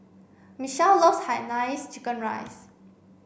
Michele loves Hainanese chicken rice